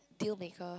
dealmaker